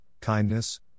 kindness